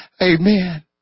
Amen